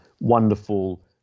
wonderful